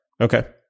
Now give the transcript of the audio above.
Okay